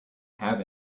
have